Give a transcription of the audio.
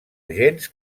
agents